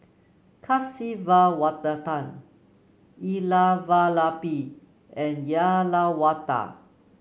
Kasiviswanathan Elattuvalapil and Uyyalawada